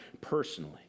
personally